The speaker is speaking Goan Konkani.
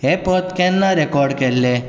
हें पद केन्ना रॅकॉर्ड केल्लें